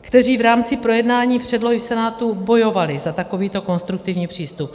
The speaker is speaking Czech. kteří v rámci projednání předlohy v Senátu bojovali za takovýto konstruktivní přístup.